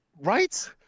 Right